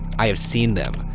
i have seen them.